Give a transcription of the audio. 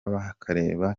bakareba